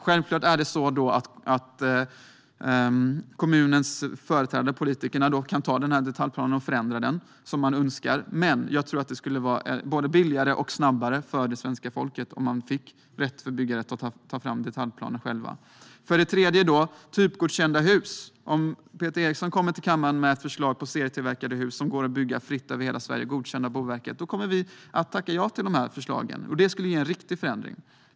Självklart kan de politiska företrädarna i kommunen förändra detaljplanerna som de önskar. Men jag tror att det skulle vara både billigare för svenska folket och gå snabbare om byggherrar fick rätt att själva ta fram detaljplaner. För det tredje: Typgodkända hus. Om Peter Eriksson kommer till kammaren med ett förslag på serietillverkade hus som går att bygga fritt över hela Sverige och som är godkända av Boverket, då kommer vi att tacka ja till detta förslag. Det skulle ge en riktig förändring.